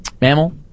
Mammal